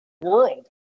world